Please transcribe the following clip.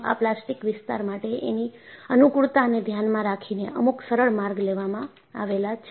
આ પ્લાસ્ટિક વિસ્તાર માટે તેની અનુકૂળતા ને ધ્યાનમાં રાખીને અમુક સરળ માર્ગ લેવામાં આવેલા છે